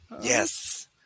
Yes